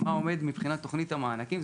מה עומד מבחינת תוכנית המענקים.